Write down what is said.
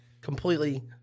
completely